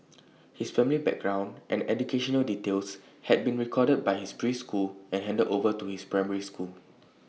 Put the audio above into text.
his family background and educational details had been recorded by his preschool and handed over to his primary school